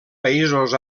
països